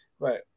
Right